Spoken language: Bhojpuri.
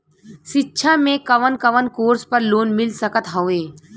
शिक्षा मे कवन कवन कोर्स पर लोन मिल सकत हउवे?